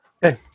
Hey